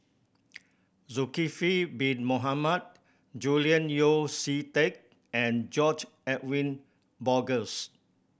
Zulkifli Bin Mohamed Julian Yeo See Teck and George Edwin Bogaars